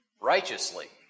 righteously